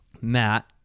Matt